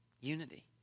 unity